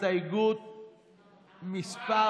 הסתייגות מס'